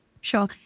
Sure